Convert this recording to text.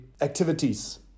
activities